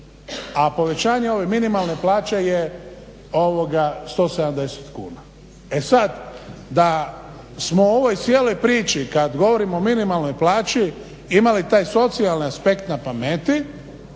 A povećanje ove minimalne plaće je 170 kuna. E sad da smo ovoj cijelom priči kad govorimo o minimalnoj plaći imali taj socijalni aspekt na pameti